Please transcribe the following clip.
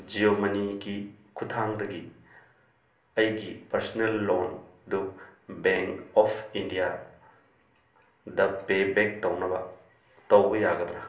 ꯖꯤꯑꯣ ꯃꯅꯤꯒꯤ ꯈꯨꯊꯥꯡꯗꯒꯤ ꯑꯩꯒꯤ ꯄꯥꯔꯁꯣꯅꯦꯜ ꯂꯣꯟ ꯗꯨ ꯕꯦꯡ ꯑꯣꯐ ꯏꯟꯗꯤꯌꯥ ꯗ ꯄꯦ ꯕꯦꯛ ꯇꯧꯅꯕ ꯇꯧꯕ ꯌꯥꯒꯗ꯭ꯔꯥ